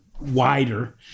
wider